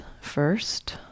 first